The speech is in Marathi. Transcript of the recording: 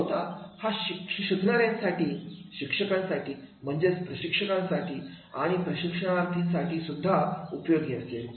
मुळतः हा शिकणाऱ्यांसाठी शिक्षकांसाठी म्हणजेच प्रशिक्षकांसाठी आणि प्रशिक्षणार्थी साठी उपयोगी असेल